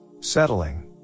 Settling